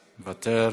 מוותר.